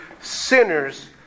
sinner's